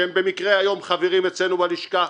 שהם במקרה היום חברים אצלנו בלשכה,